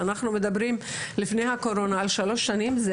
כשאנחנו מדברים לפני הקורונה על שלוש שנים זה